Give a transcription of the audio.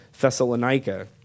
Thessalonica